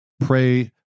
Pray